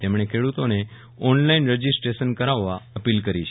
તે મણે ખેડૂતો ને ઓ નલાઇન રજીસ્ટ્રશન કરાવવા અપીલ કરી છે